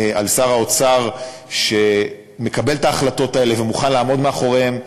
על כך ששר האוצר מקבל את ההחלטות האלה ומוכן לעמוד מאחוריהן.